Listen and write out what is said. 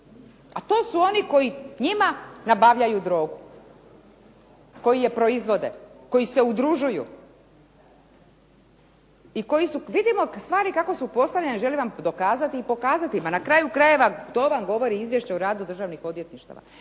A to su oni koji njima nabavljaju drogu, koji je proizvode, koji se udružuju i koji su, vidimo stvari kako su postavljene, želim vam dokazati i pokazati, ma na kraju krajeva to vam govori izvješće o radu državnih odvjetništava,